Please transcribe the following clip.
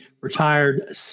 retired